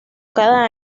cada